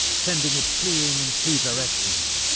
sending it fleeing in two directions.